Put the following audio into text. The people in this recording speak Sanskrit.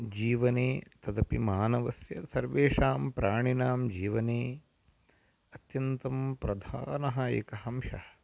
जीवने तदपि मानवस्य सर्वेषां प्राणिनां जीवने अत्यन्तं प्रधानः एकः अंशः